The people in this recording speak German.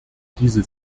diese